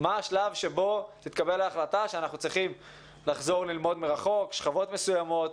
שבו תתקבל ההחלטה ששכבות מסוימות,